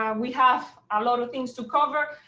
um we have a lot of things to cover.